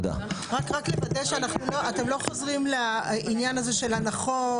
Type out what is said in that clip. רק לוודא שאתם לא חוזרים לעניין הזה של הנחות.